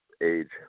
age